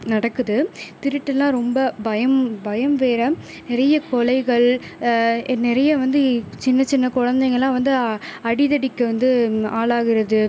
நடக்குது திருட்டுலாம் ரொம்ப பயம் பயம் வேறு நிறைய கொலைகள் நிறைய வந்து சின்ன சின்ன குழந்தைங்களெலாம் வந்து அடிதடிக்கு வந்து ஆளாகிறது